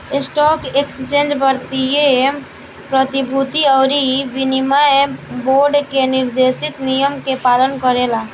stock exchange भारतीय प्रतिभूति अउरी विनिमय बोर्ड के निर्देशित नियम के पालन करेला